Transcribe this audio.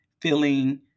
feeling